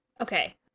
Okay